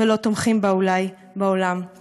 ולא תומכים בה, אולי, בעולם.